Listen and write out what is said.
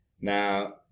now